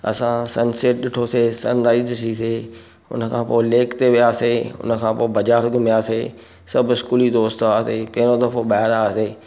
असां sunset ॾिठोसी sunrise ॾिठीसीं उनखां पोइ लेक ते वियासी उनखां पोइ बाज़ार घुमियासी सभु स्कूली दोस्त हुआसीं पहिरियों दफ़ो ॿाहिरि आयासीं